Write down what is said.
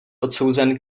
odsouzen